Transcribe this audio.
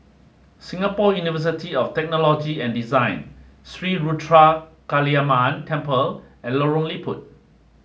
Singapore University of Technology and Design Sri Ruthra Kaliamman Temple and Lorong Liput